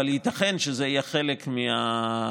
אבל ייתכן שזה היה חלק מהפתרון.